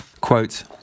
Quote